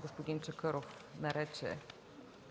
господин Чакъров нарече